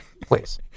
Please